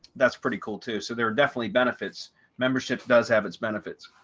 that's pretty cool, too. so there are definitely benefits. membership does have its benefits.